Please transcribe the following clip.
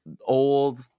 old